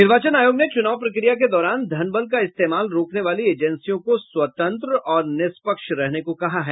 निर्वाचन आयोग ने चूनाव प्रक्रिया के दौरान धन बल के इस्तेमाल रोकने वाली एजेंसियों को स्वतंत्र और निष्पक्ष रहने को कहा है